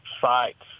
sites